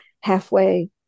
halfway